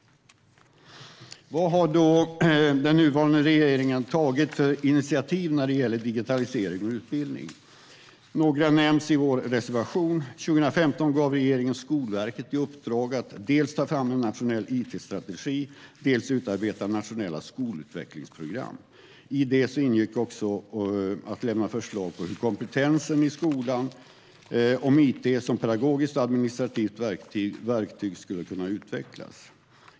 Vad har då den nuvarande regeringen tagit för initiativ när det gäller digitalisering och utbildning? Några nämns i vår reservation. År 2015 gav regeringen Skolverket i uppdrag att dels ta fram en nationell it-strategi, dels utarbeta nationella skolutvecklingsprogram. I det ingick också att lämna förslag på hur kompetensen i skolan och it som pedagogiskt och administrativt verktyg skulle kunna utvecklas.